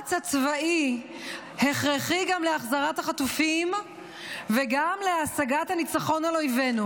הלחץ הצבאי הכרחי גם להחזרת החטופים וגם להשגת הניצחון על אויבינו.